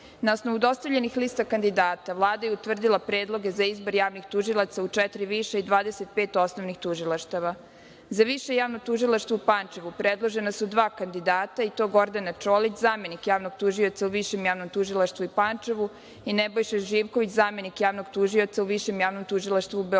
osnovu dostavljenih lista kandidata Vlada je utvrdila predloge za izbor javnih tužilaca u četiri viša i 25 osnovnih tužilaštava.Za Više javno tužilaštvo u Pančevu predložena su dva kandidata i to Gordana Čolić, zamenik javnog tužioca u Višem javnom tužilaštvu u Pančevu, i Nebojša Živković, zamenik javnog tužioca u Višem javnom tužilaštvu u Beogradu.Za